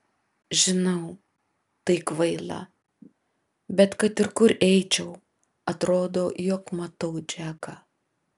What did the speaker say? žinau tai kvaila bet kad ir kur eičiau atrodo jog matau džeką